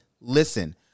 listen